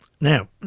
Now